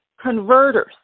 converters